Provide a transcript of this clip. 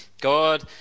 God